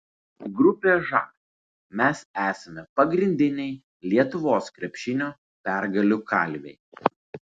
grupė žas mes esame pagrindiniai lietuvos krepšinio pergalių kalviai